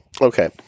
Okay